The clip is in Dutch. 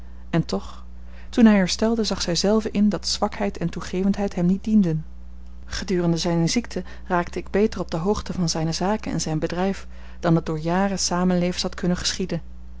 en toch toen hij herstelde zag zij zelve in dat zwakheid en toegevendheid hem niet dienden gedurende zijne ziekte raakte ik beter op de hoogte van zijne zaken en zijn bedrijf dan het door jaren samenlevens had kunnen geschieden